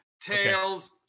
Tails